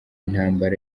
intambara